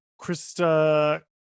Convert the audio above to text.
Krista